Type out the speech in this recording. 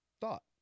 thought